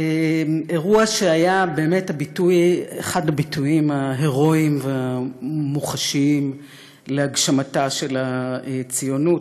אירוע שהיה אחד הביטויים ההירואיים והמוחשיים להגשמתה של הציונות.